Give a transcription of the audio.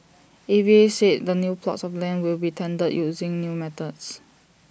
A V A said the new plots of land will be tendered using new methods